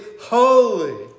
holy